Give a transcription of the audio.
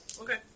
Okay